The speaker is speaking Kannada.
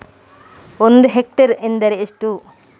ಒಂದು ಹೆಕ್ಟೇರ್ ಎಂದರೆ ಎಷ್ಟು?